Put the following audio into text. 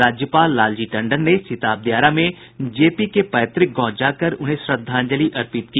राज्यपाल लालजी टंडन ने सिताब दियारा में जेपी के पैतुक गांव जाकर उन्हें श्रद्धांजलि अर्पित की